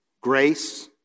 Grace